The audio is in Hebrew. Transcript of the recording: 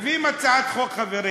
מביאים הצעת חוק, חברים,